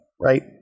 Right